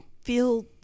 feel